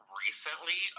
recently